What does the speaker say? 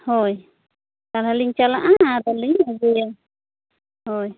ᱦᱳᱭ ᱛᱟᱦᱚᱞᱤᱧ ᱪᱟᱞᱟᱜᱼᱟ ᱟᱫᱚ ᱞᱤᱧ ᱟᱹᱜᱩᱭᱟ ᱦᱳᱭ